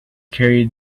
carried